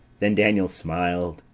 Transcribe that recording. then daniel smiled,